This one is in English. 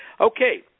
Okay